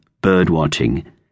bird-watching